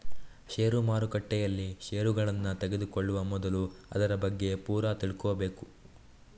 ಷೇರು ಮಾರುಕಟ್ಟೆಯಲ್ಲಿ ಷೇರುಗಳನ್ನ ತೆಗೆದುಕೊಳ್ಳುವ ಮೊದಲು ಅದರ ಬಗ್ಗೆ ಪೂರ ತಿಳ್ಕೊಬೇಕು